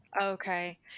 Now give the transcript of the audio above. Okay